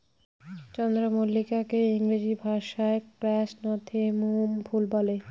চন্দ্রমল্লিকাকে ইংরেজি ভাষায় ক্র্যাসনথেমুম ফুল বলে